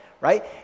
right